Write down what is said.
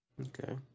Okay